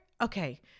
okay